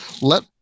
let